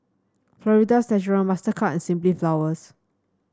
Florida's Natural Mastercard and Simply Flowers